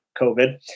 COVID